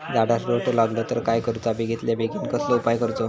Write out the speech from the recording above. झाडाक रोटो लागलो तर काय करुचा बेगितल्या बेगीन कसलो उपाय करूचो?